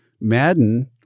Madden